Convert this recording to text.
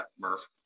Murph